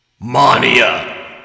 Mania